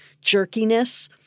jerkiness